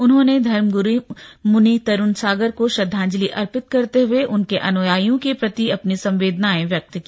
उन्होंने धर्मग्रू मुनि तरूण सागर को श्रद्धांजलि अर्पित करते हुए उनके अनुयायियों के प्रति अपनी संवेदनाएँ व्यक्त की